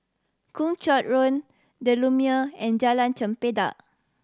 Kung Chong Road The Lumiere and Jalan Chempedak